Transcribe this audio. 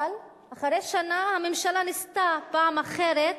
אבל אחרי שנה הממשלה ניסתה, פעם אחרת,